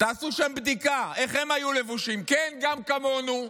תעשו שם בדיקה איך הם היו לבושים, כן, גם כמונו,